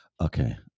okay